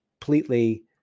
completely